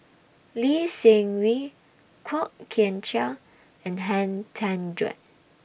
Lee Seng Wee Kwok Kian Chow and Han Tan Juan